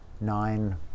nine